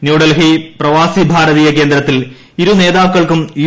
ന്യൂഡൽഹി പ്രവാസി കേന്ദ്രത്തിൽ ഇരുനേതാക്കൾക്കും യു